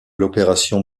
l’opération